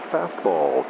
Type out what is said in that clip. Fastball